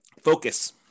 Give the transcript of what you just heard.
Focus